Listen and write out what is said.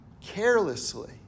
carelessly